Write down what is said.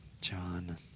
John